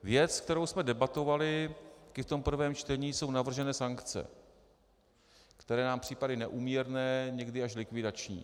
Věc, kterou jsme debatovali v prvém čtení, jsou navržené sankce, které nám připadají neúměrné, někdy až likvidační.